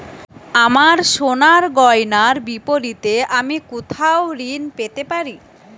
আমার সোনার গয়নার বিপরীতে আমি কোথায় ঋণ পেতে পারি?